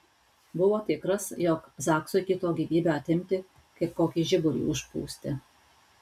buvo tikras jog zaksui kito gyvybę atimti kaip kokį žiburį užpūsti